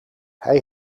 hij